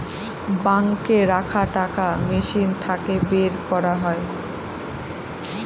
বাঙ্কে রাখা টাকা মেশিন থাকে বের করা যায়